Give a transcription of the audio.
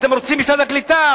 אתם רוצים משרד הקליטה?